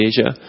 Asia